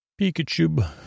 Pikachu